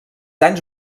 anys